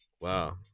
Wow